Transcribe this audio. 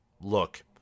look